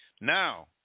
Now